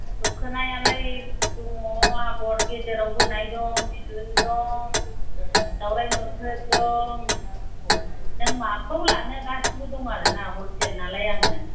दखनायालाय दङ आगर गेजेराव बोनाय दं बिदन दं दावराय मोख्रेब दं नों माखौ लानो गासैबो दं आरो ना हलसेल नालाय आङो